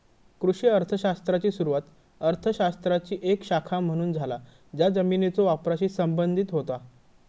कृषी अर्थ शास्त्राची सुरुवात अर्थ शास्त्राची एक शाखा म्हणून झाला ज्या जमिनीच्यो वापराशी संबंधित होता